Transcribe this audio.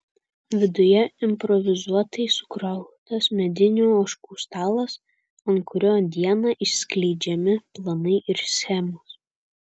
viduje improvizuotai sukrautas medinių ožių stalas ant kurio dieną išskleidžiami planai ir schemos